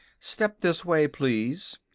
step this way, please.